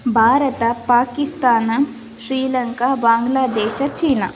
Bharat Pakistan Sri Lanka Bangladesh China